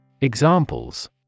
Examples